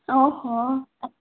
ओ हो